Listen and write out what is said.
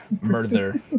murder